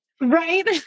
Right